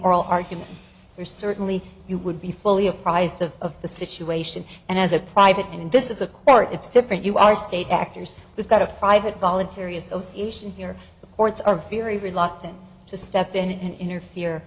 oral argument or certainly you would be fully apprised of the situation and as a private and this is a bar it's different you are state actors we've got a private voluntary association here the courts are very reluctant to step in and interfere